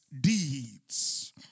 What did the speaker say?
deeds